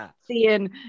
seeing